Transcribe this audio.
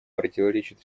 противоречит